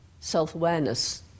self-awareness